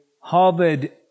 Harvard